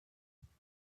street